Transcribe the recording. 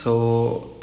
oh okay